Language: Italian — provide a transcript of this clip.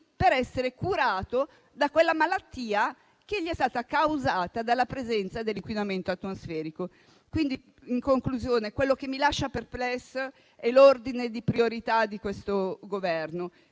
per essere curato da quella malattia che gli è stata causata dalla presenza dell'inquinamento atmosferico. In conclusione, quello che mi lascia perplessa è l'ordine delle priorità di questo Governo,